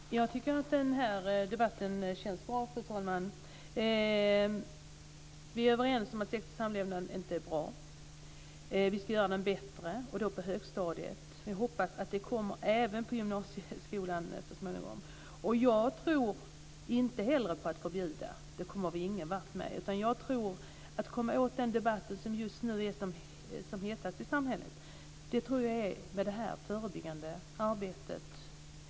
Fru talman! Jag tycker att den här debatten känns bra. Vi är överens om att sex och samlevnadsundervisningen inte är bra. Vi ska göra den bättre, speciellt på högstadiet, och vi hoppas att den blir bättre även på gymnasieskolan så småningom. Jag tror inte heller på att förbjuda - det kommer vi ingen vart med. Jag tror att man kommer åt den debatt som just nu är som hetast i samhället med det förebyggande, mer långsiktiga, arbetet.